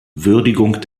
würdigung